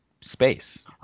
space